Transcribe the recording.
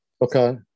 Okay